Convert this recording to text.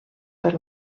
per